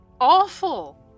awful